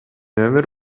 өмүр